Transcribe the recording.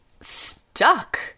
stuck